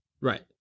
Right